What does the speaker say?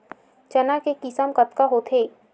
चना के किसम कतका होथे?